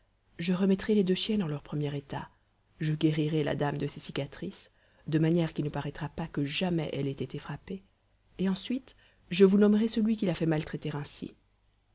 je remettrai les deux chiennes en leur premier état je guérirai la dame de ses cicatrices de manière qu'il ne paraîtra pas que jamais elle ait été frappée et ensuite je vous nommerai celui qui l'a fait